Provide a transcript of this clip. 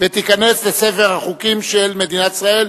ותיכנס לספר החוקים של מדינת ישראל.